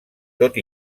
tot